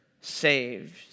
saved